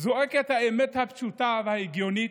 זועק את האמת הפשוטה וההגיונית: